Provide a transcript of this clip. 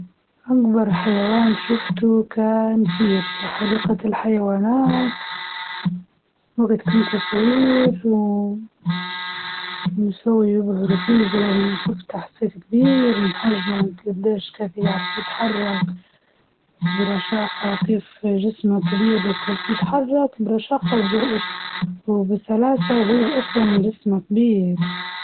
زهرة التيوليب اللي باللون الأحمر شفتها في مزرعة في أوروبا، منظرها كان يخليك توقف وتتفرج عليها بدون ما تمل.